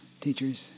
teachers